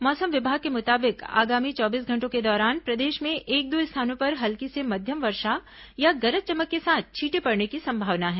मौसम विभाग के मुताबिक आगामी चौबीस घंटों के दौरान प्रदेश में एक दो स्थानों पर हल्की से मध्यम वर्षा या गरज चमक के साथ छींटे पड़ने की संभावना है